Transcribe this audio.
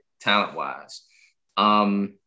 talent-wise